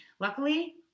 Luckily